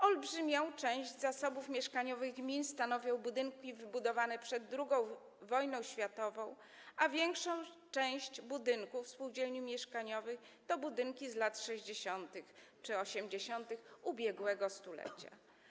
Olbrzymią część zasobów mieszkaniowych gmin stanowią budynki wybudowane przed II wojną światową, a większą częścią budynków spółdzielni mieszkaniowych są budynki z lat 60. czy 80. ubiegłego stulecia.